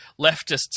leftists